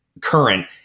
current